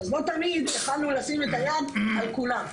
אז לא תמיד יכולנו לשים את היד על כולם.